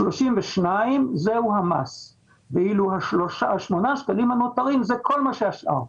המס הוא 32 ואילו שמונת השקלים הנותרים הם כל מה שהשאר.